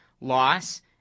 loss